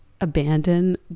abandon